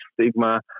stigma